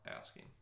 asking